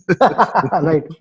Right